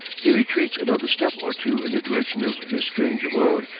he retreats another step or two in the direction of his strange abode,